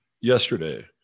yesterday